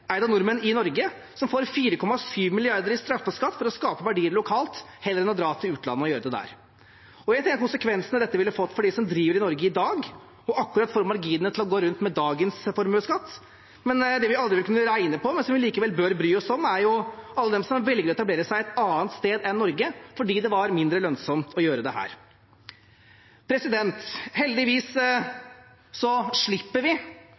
eid av nordmenn i Norge, som får 4,7 mrd. kr i straffeskatt for å skape verdier lokalt heller enn å dra til utlandet og gjøre det der. Én ting er konsekvensene dette ville ha fått for dem som driver i Norge i dag, og akkurat får marginene til å gå rundt med dagens formuesskatt, men det vi aldri vil kunne regne på, men som vi likevel bør bry oss om, er alle dem som velger å etablere seg et annet sted enn Norge fordi det var mindre lønnsomt å gjøre det her. Heldigvis slipper vi